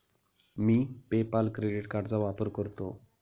मी PayPal credit कार्डचा वापर करतो